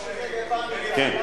לא,